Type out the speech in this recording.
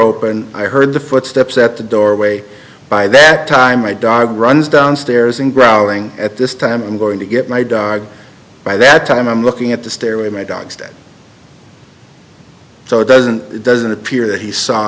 open i heard the footsteps at the doorway by that time my dog runs downstairs and grouting at this time i'm going to get my dog by that time i'm looking at the stairway my dogs dead so it doesn't it doesn't appear that he sa